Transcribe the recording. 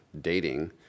dating